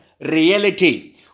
reality